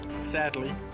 Sadly